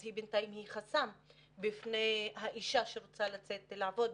אז בינתיים היא חסם בפני האישה שרוצה לצאת לעבוד,